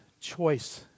choice